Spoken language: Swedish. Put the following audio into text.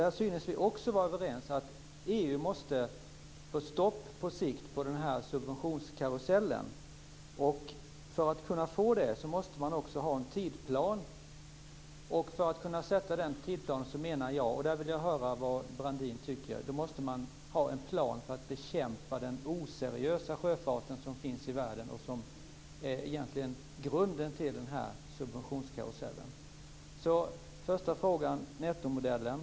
Vi synes också vara överens om att EU på sikt måste få stopp på den här subventionskarusellen. För att kunna få det måste man också ha en tidsplan. Och jag vill höra vad Brandin tycker om det här. Jag menar att man måste ha en plan för att bekämpa den oseriösa sjöfarten, som finns i världen och som egentligen är grunden för den här subventionskarusellen. Den första frågan gäller nettomodellen.